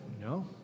No